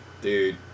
Dude